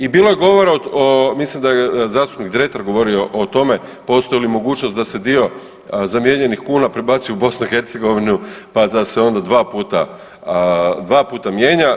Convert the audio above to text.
I bilo je govora o, mislim da je zastupnik Dretar govorio o tome postoji li mogućnost da se dio zamijenjenih kuna prebaci u BiH pa da se onda dva puta mijenja.